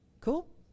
Cool